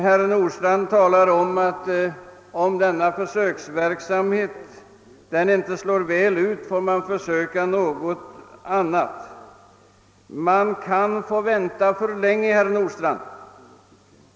Herr Nordstrandh sade också att om försöksverksamheten inte slår väl ut får vi försöka något annat, men man kan vänta för länge, herr Nordstrandh!